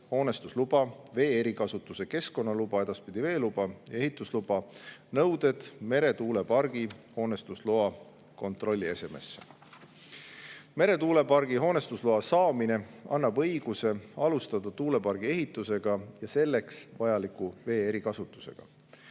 hoonestusluba, vee erikasutuse keskkonnaluba (edaspidi veeluba) ja ehitusluba – nõuded meretuulepargi hoonestusloa kontrolliesemesse. Meretuulepargi hoonestusloa saamine annab õiguse alustada tuulepargi ehitusega ja selleks vajaliku vee erikasutusega.